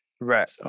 Right